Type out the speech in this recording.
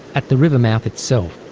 at the river mouth itself,